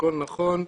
הכול נכון,